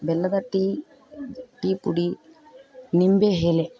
ಬೆಲ್ಲದ ಟೀ ಟೀಪುಡಿ ನಿಂಬೆ ಎಲೆ